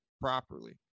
properly